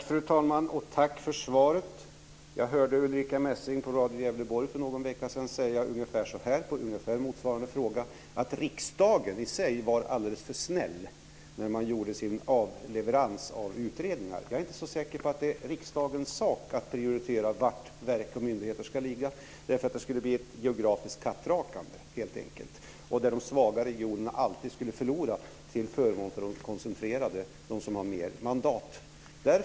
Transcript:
Fru talman! Tack för svaret. Jag hörde Ulrica Messing på Radio Gävleborg för någon vecka sedan säga ungefär så här på ungefär motsvarande fråga, nämligen att riksdagen i sig var alldeles för snäll när man gjorde sin avleverans av utredningar. Jag är inte så säker på att det är riksdagens sak att prioritera var verk och myndigheter ska ligga. Det skulle helt enkelt bli ett geografiskt kattrakande, där de svaga regionerna alltid skulle förlora till förmån för de regioner med fler mandat.